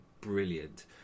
brilliant